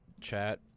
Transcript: chat